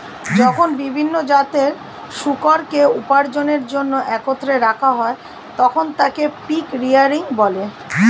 যখন বিভিন্ন জাতের শূকরকে উপার্জনের জন্য একত্রে রাখা হয়, তখন তাকে পিগ রেয়ারিং বলে